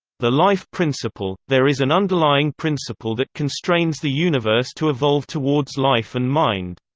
the life principle there is an underlying principle that constrains the universe to evolve towards life and mind.